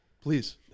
Please